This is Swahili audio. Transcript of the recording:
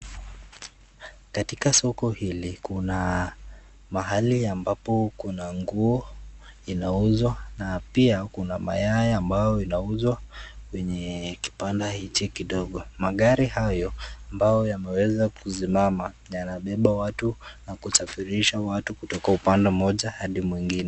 Katika soko hili kuna mahali ambapo kuna nguo inauzwa na pia kuna mayai ambayo inauzwa kwenye kibanda hichi kidogo, magari hayo ambayo yameweza kusimama yamebeba watu na kusafirisha watu kutoka upande moja hadi mwingine.